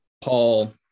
Paul